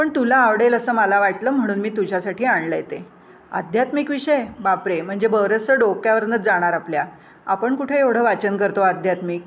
पण तुला आवडेल असं मला वाटलं म्हणून मी तुझ्यासाठी आणलं आहे ते आध्यात्मिक विषय बापरे म्हणजे बरंचसं डोक्यावरूनच जाणार आपल्या आपण कुठे एवढं वाचन करतो आध्यात्मिक